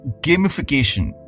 gamification